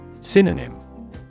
Synonym